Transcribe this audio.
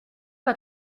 pas